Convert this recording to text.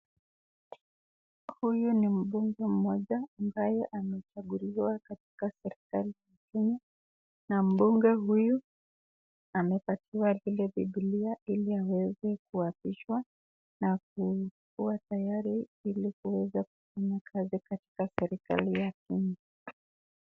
Huyu ni mbunge mmoja ambaye amechaguliwa katika serikali na mbunge huyu amepatiwa ile bibilia ili aweze kuapishwa na kuwa tayari ili kuweza kufanya kazi katika serikali hii.